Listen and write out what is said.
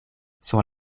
sur